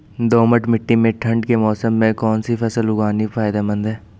दोमट्ट मिट्टी में ठंड के मौसम में कौन सी फसल उगानी फायदेमंद है?